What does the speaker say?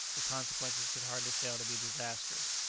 the consequences could hardly fail to be disastrous.